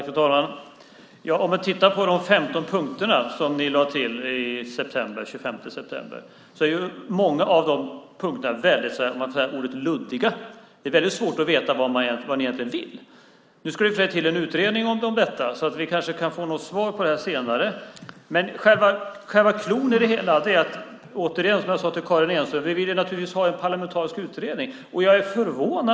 Fru talman! Många av de 15 punkter som ni lade till den 25 september är väldigt luddiga. Det är väldigt svårt att veta vad ni egentligen vill. Nu ska det i och för sig tillsättas en utredning om detta, så vi kanske kan få något svar på det här senare. Men själva cloun i det hela är, som jag sade till Karin Enström, att vi naturligtvis vill ha en parlamentarisk utredning.